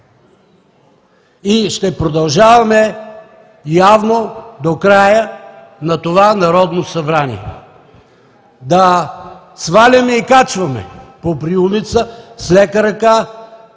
Ще продължаваме явно до края на това Народно събрание да сваляме и качваме по приумица, с лека ръка,